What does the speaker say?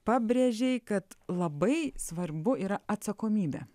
pabrėžei kad labai svarbu yra atsakomybė